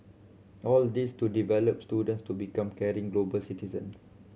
all this to develop students to become caring global citizens